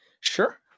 sure